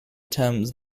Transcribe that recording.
thames